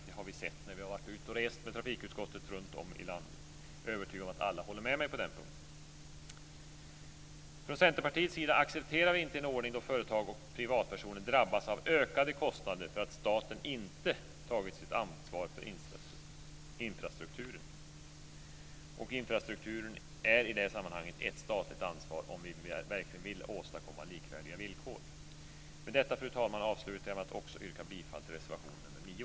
Det har vi sett när vi har varit ute och rest med trafikutskottet i landet. Jag är övertygad om att alla håller med mig på den punkten. Från Centerpartiets sida accepterar vi inte en ordning där företag och privatpersoner drabbas av ökade kostnader för att staten inte har tagit sitt ansvar för infrastrukturen. Och infrastrukturen är i det sammanhanget ett statligt ansvar om vi verkligen vill åstadkomma likvärdiga villkor. Fru talman! Jag vill avsluta mitt anförande med att också yrka bifall till reservation 9.